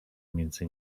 między